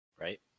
Right